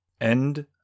End